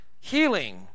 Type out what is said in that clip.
healing